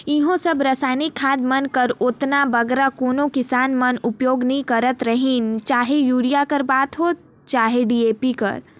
इहों सब रसइनिक खाद मन कर ओतना बगरा कोनो किसान मन उपियोग नी करत रहिन चहे यूरिया कर बात होए चहे डी.ए.पी कर